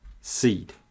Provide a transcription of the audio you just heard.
seed